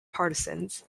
partisans